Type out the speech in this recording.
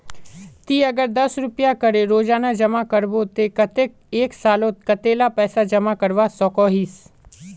ती अगर दस रुपया करे रोजाना जमा करबो ते कतेक एक सालोत कतेला पैसा जमा करवा सकोहिस?